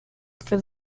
for